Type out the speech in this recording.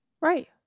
right